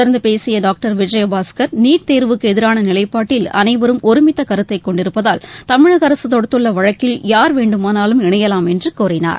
தொடர்ந்து பேசிய doctor Vijayabaskar NEET தேர்வுக்கு எதிரான நிலைப்பாட்டில் அனைவரும் ஒருமித்த கருத்தை கொண்டிருப்பதால் தமிழக அரசு தொடுத்துள்ள வழக்கில் யார் வேண்டுமானாலும் இணையலாம் என்று கூறினார்